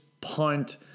punt